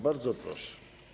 Bardzo proszę.